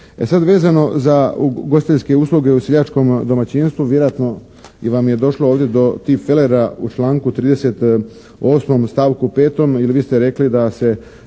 E sad vezano za ugostiteljske usluge u seljačkom domaćinstvu, vjerojatno vam je došlo do tipfelera u članku 38. stavku 5.